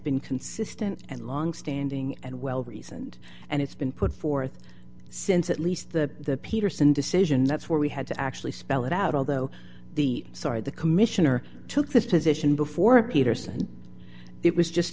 been consistent and longstanding and well reasoned and it's been put forth since at least the peterson decision that's where we had to actually spell it out although the sorry the commissioner took this position before peterson it was just